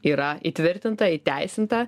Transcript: yra įtvirtinta įteisinta